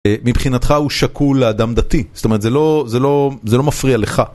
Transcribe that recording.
מבחינתך הוא שקול לאדם דתי, זאת אומרת זה לא מפריע לך.